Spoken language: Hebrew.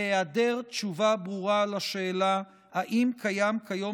והיעדר תשובה ברורה על השאלה אם קיים כיום